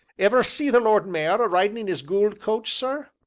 ever see the lord mayor a-ridin' in is goold coach, sir?